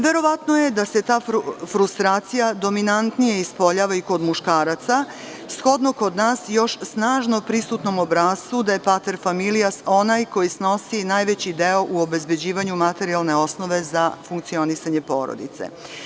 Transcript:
Verovatno je da se ta frustracija dominantnije ispoljava kod muškaraca, shodno kod nas još snažno prisutnom obrascu da je „pater familias“ onaj koji snosi najveći deo u obezbeđivanju materijalne osnove za funkcionisanje porodice.